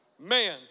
man